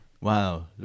wow